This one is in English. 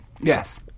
Yes